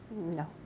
No